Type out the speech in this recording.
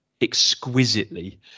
exquisitely